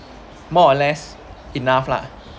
more or less enough lah